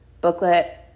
booklet